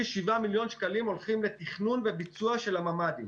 97 מיליון הולכים לתכנון וביצוע של הממ"דים.